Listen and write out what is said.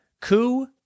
coup